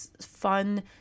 fun